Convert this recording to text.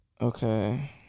Okay